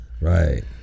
Right